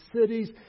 cities